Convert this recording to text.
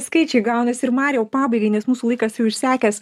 skaičiai gaunasi ir mariau pabaigai nes mūsų laikas jau išsekęs